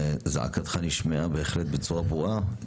זעקתך נשמעה בהחלט בצורה ברורה.